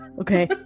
Okay